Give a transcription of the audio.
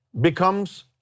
becomes